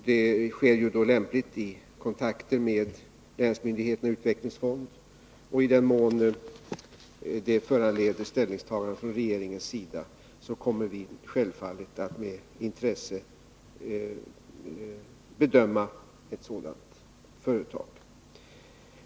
Det sker då lämpligen under kontakt med länsmyndigheter och utvecklingsfond. Och i den mån det föranleder ställningstagande från regeringens sida kommer vi självfallet att med intresse bedöma ett sådant företag.